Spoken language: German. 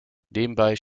nebenbei